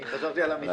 אני חשבתי על המתווה.